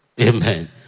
Amen